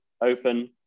open